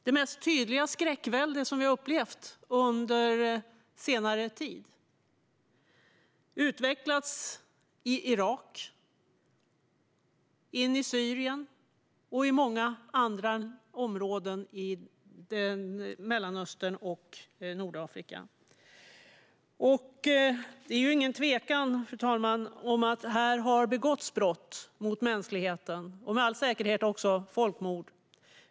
Det tydligaste skräckvälde vi har upplevt under senare tid utvecklades i Irak och rörde sig vidare in i Syrien och många andra områden i Mellanöstern och Nordafrika. Det är inget tvivel, fru talman, om att här har begåtts brott mot mänskligheten och med all säkerhet också folkmord.